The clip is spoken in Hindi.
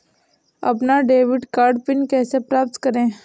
अपना डेबिट कार्ड पिन कैसे प्राप्त करें?